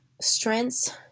strengths